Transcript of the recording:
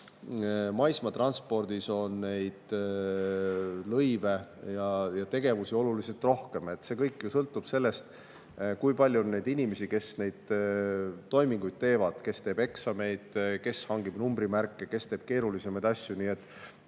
maismaatranspordis on lõive ja tegevusi oluliselt rohkem. See kõik sõltub sellest, kui palju on inimesi, kes neid toiminguid teevad: kes teeb eksameid, kes hangib numbrimärke, kes teeb keerulisemaid asju. Nii et